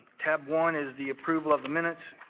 tab one is the approval of the minutes.